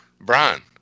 Brian